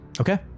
Okay